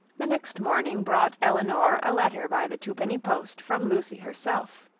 the next morning brought elinor a letter by the two-penny post from lucy herself.